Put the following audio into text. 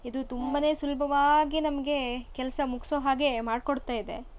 ಇದು ತುಂಬಾ ಸುಲಭವಾಗಿ ನಮಗೆ ಕೆಲಸ ಮುಗಿಸೋ ಹಾಗೆ ಮಾಡಿಕೊಡ್ತಾಯಿದೆ